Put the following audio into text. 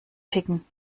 ticken